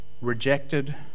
rejected